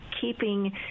keeping